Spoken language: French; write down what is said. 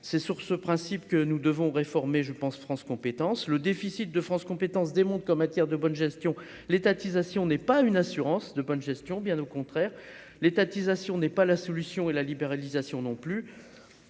c'est sur ce principe que nous devons réformer je pense France compétences le déficit de France compétences démontre qu'en matière de bonne gestion, l'étatisation n'est pas une assurance de bonne gestion, bien au contraire, l'étatisation n'est pas la solution et la libéralisation, non plus,